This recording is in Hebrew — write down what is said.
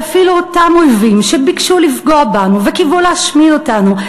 שאפילו אותם אויבים שביקשו לפגוע בנו וקיוו להשמיד אותנו,